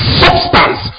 substance